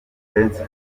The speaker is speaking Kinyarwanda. prince